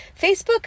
Facebook